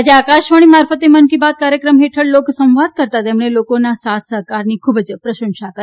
આજે આકાશવાણી મારફતે મન કી બાત કાર્યક્રમ હેઠળ લોક સંવાદ કરતાં તેમણે લોકોના સાથ સહકારની ખૂબ જ પ્રશંસા કરી